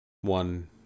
one